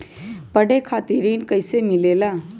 पढे खातीर ऋण कईसे मिले ला?